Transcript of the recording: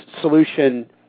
Solution